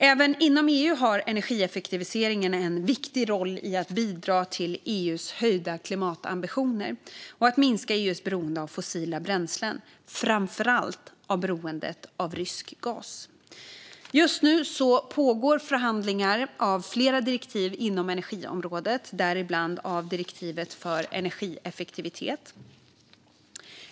Även inom EU har energieffektiviseringen en viktig roll i att bidra till EU:s höjda klimatambitioner och att minska EU:s beroende av fossila bränslen, framför allt beroendet av rysk gas. Just nu pågår förhandlingar om flera direktiv inom energiområdet, däribland av direktivet för energieffektivitet.